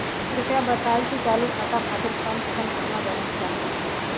कृपया बताई कि चालू खाता खातिर कम से कम केतना बैलैंस चाहत बा